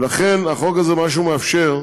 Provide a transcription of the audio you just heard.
ולכן החוק הזה, מה שהוא מאפשר,